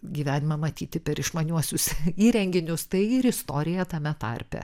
gyvenimą matyti per išmaniuosius įrenginius tai ir istorija tame tarpe